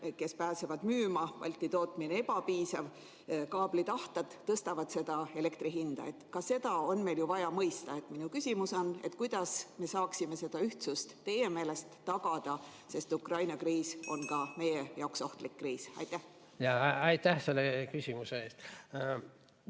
just pääsevad müüma, Balti tootmine on ebapiisav, kaabli tahted tõstavad seda elektri hinda. Ka seda on meil vaja mõista. Minu küsimus on, kuidas me saaksime seda ühtsust teie meelest tagada, sest Ukraina kriis on ka meie jaoks ohtlik kriis. Palun natuke kõvemini!